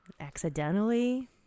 Accidentally